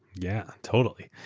yeah, totally.